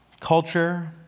culture